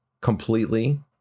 completely